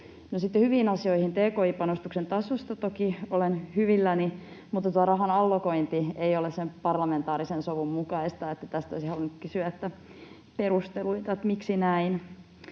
hyviin asioihin: Tki-panostuksen tasosta toki olen hyvilläni, mutta tuon rahan allokointi ei ole sen parlamentaarisen sovun mukaista. Tästä olisin halunnut kysyä perusteluita, miksi näin.